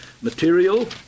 material